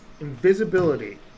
invisibility